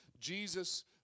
Jesus